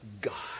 God